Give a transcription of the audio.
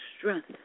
strength